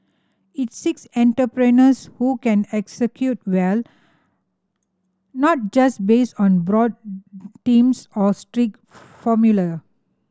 it seeks entrepreneurs who can execute well not just based on broad themes or strict formula